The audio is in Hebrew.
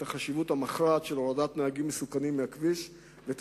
החשיבות המכרעת של הורדת נהגים מסוכנים מהכביש ואת